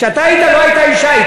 כשאתה היית לא הייתה אישה.